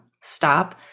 stop